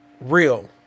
real